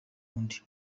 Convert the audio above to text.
undi